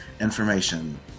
information